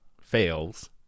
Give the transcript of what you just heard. fails